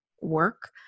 work